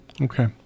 Okay